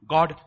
God